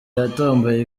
yatomboye